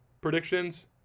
predictions